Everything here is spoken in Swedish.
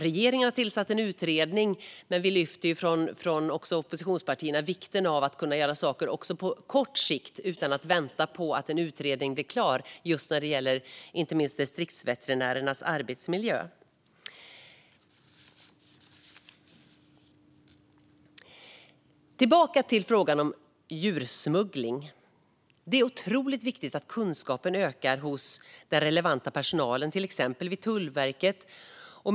Regeringen har tillsatt en utredning. Från oppositionspartierna lyfter vi vikten av att kunna göra saker även på kort sikt, utan att vänta på att en utredning blir klar, inte minst när det gäller distriktsveterinärernas arbetsmiljö. Tillbaka till frågan om djursmuggling! Det är otroligt viktigt att kunskapen ökar hos den relevanta personalen, till exempel vid Tullverket.